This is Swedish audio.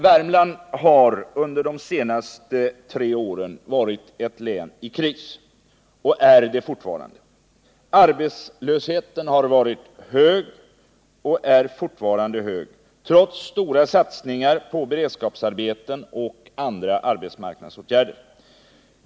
Värmland har under de senaste tre åren varit ett län i kris — och är det fortfarande. Arbetslösheten har varit och är hög, trots stora satsningar på beredskapsarbeten och andra arbetsmarknadsåtgärder.